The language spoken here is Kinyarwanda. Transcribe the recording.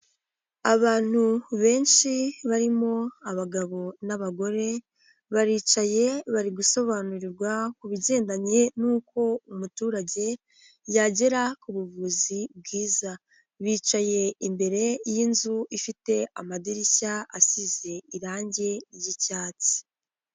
Abantu benshi barimo abagabo n'abagore baricaye bari gusobanurirwa ku bigendanye nuko umuturage yagera ku buvuzi bwiza, bicaye imbere y'inzu ifite amadirishya asize irangi ry'icyatsi.